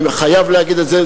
אני חייב להגיד את זה,